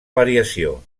variació